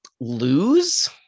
lose